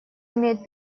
имеет